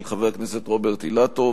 של חבר הכנסת רוברט אילטוב,